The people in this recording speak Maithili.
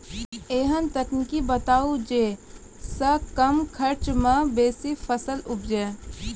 ऐहन तकनीक बताऊ जै सऽ कम खर्च मे बेसी फसल उपजे?